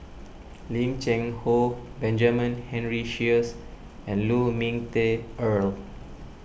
Lim Cheng Hoe Benjamin Henry Sheares and Lu Ming Teh Earl